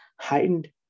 heightened